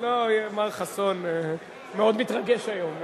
מר חסון מאוד מתרגש היום.